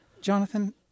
Jonathan